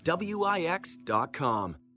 Wix.com